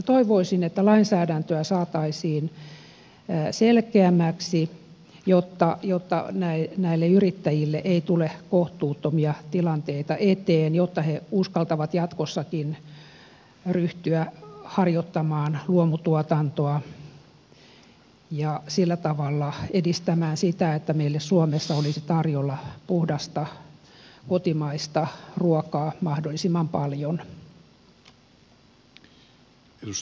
toivoisin että lainsäädäntöä saataisiin selkeämmäksi jotta näille yrittäjille ei tule kohtuuttomia tilanteita eteen jotta he uskaltavat jatkossakin ryhtyä harjoittamaan luomutuotantoa ja sillä tavalla edistämään sitä että meillä suomessa olisi tarjolla puhdasta kotimaista ruokaa mahdollisimman paljon